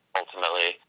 ultimately